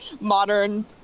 modern